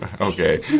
Okay